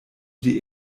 die